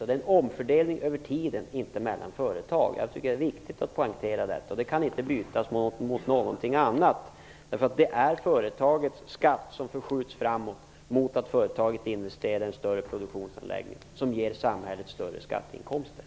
Det är en omfördelning över tiden, inte mellan företag. Det är viktigt att poängtera. Det kan inte bytas mot någonting annat. Det är företagets skatt som skjuts framåt, mot att företaget investerar i en större produktionsanläggning som ger samhället större skatteinkomster.